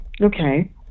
Okay